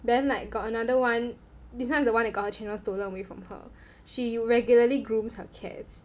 then like got another one this one is the one that got her channels stolen away from her she regularly grooms her cats